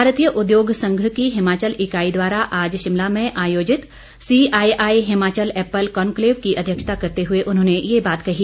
भारतीय उद्योग संघ की हिमाचल इकाई द्वारा आज शिमला में आयोजित सीआईआई हिमाचल एप्पल कनकलेव की अध्यक्षता करते हुए उन्होंने ये बात कही